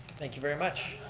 thank you very much.